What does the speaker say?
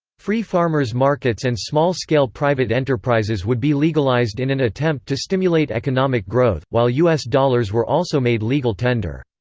free farmers' markets and small-scale private enterprises would be legalized in an attempt to stimulate economic growth, while u s. dollars were also made legal tender.